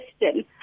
question